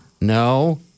No